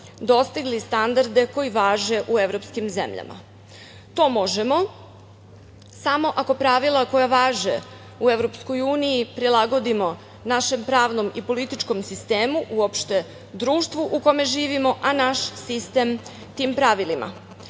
dostigli standarde koji važe u evropskim zemljama. To možemo samo ako pravila koja važe u EU prilagodimo našem pravnom i političkom sistemu, uopšte društvu u kome živimo, a naš sistem tim pravilima. Svesni